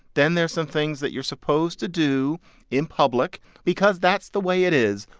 then there's some things that you're supposed to do in public because that's the way it is,